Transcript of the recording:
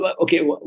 okay